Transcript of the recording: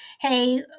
hey